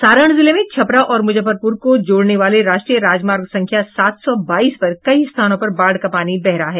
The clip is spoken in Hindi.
सारण जिले में छपरा और मुजफ्फरपुर को जोड़ने वाले राष्ट्रीय राजमार्ग संख्या सात सौ बाईस पर कई स्थानों पर बाढ़ का पानी बह रहा है